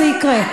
זה יקרה.